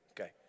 Okay